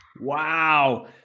Wow